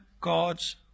God's